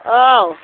औ